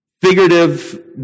figurative